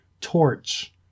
torch